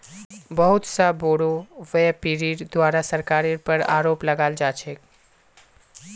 बहुत स बोरो व्यापीरीर द्वारे सरकारेर पर आरोप लगाल जा छेक